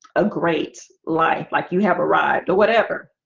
a great life, like you have arrived or whatever.